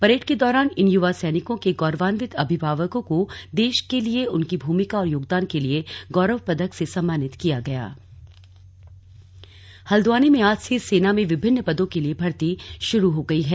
parade के दौरान इन युवा सैनिकों के गौरवांवित अभिभावकों को देश के लिए उनकी भूमिका और योगदान के लिए गौरव पदक से सम्मानित किया गयज्ञं स्लग आर्मी भर्ती हल्द्वानी में आज से सेना में विभिन्न पदों के लिए भर्ती शुरू हो गयी हैं